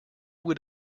would